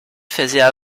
faisaient